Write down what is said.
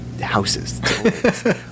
houses